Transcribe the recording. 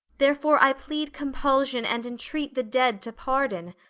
therefore i plead compulsion and entreat the dead to pardon.